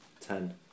Ten